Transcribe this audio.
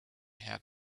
had